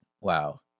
Wow